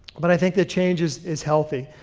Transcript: but i think that change is is healthy.